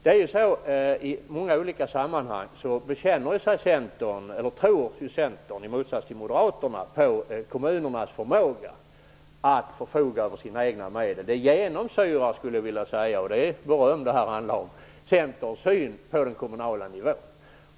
I många olika sammanhang tror ju centern, i motsats till moderaterna, på kommunernas förmåga att förfoga över sina egna medel. Det genomsyrar centerns syn på den kommunala nivån.